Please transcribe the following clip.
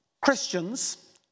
Christians